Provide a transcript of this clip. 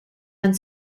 and